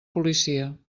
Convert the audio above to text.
policia